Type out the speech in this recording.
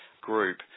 group